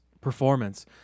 performance